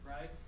Right